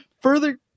further